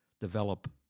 develop